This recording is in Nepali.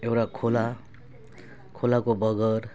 एउटा खोला खोलाको बगर